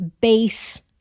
base